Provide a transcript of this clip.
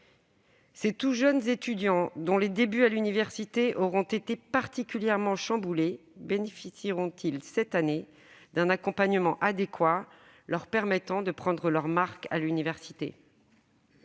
Ces tout jeunes étudiants, dont les débuts à l'université auront été particulièrement chamboulés, bénéficieront-ils cette année d'un accompagnement adéquat, leur permettant de prendre leurs marques à l'université ?